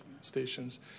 stations